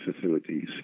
facilities